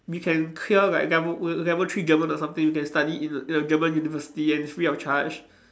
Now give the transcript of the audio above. we can clear like level l~ level three German or something we can study in in a German university and it's free of charge